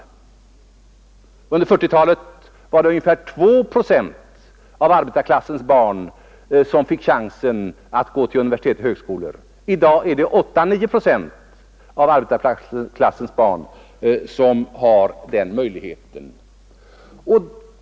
Under 1940-talet var det ungefär 2 procent av arbetarklassens barn som fick chansen att gå till universitet och högskolor; i dag har 8—9 procent av arbetarklassens barn den möjligheten.